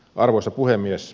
arvoisa puhemies